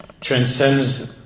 transcends